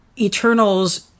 Eternals